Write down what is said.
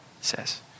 says